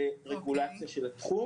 לרגולציה של התחום.